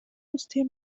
guztien